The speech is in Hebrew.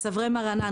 "סברי מרנן",